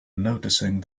noticing